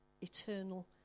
eternal